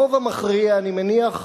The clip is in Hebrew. הרוב המכריע, אני מניח,